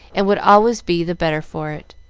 and would always be the better for it.